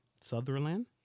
Sutherland